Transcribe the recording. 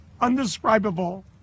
undescribable